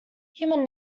human